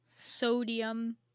Sodium